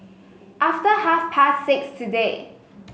after half past six today